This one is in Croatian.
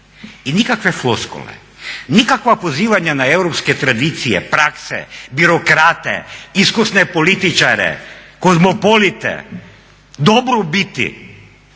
I nikakve floskule, nikakva pozivanja na europske tradicije, prakse, birokrate, iskusne političare, kozmopolite, dobrobiti